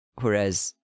whereas